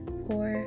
four